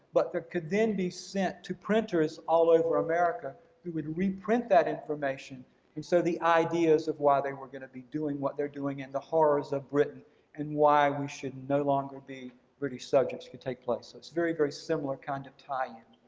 but that could then be sent to printers all over america who would reprint that information and so the ideas of why they were gonna be doing what they're doing and the horrors of britain and why we should no longer be british subjects could take place. it's a very, very similar kind of tie-in.